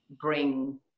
bring